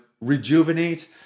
rejuvenate